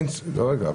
רגע,